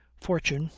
fortune,